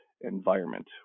environment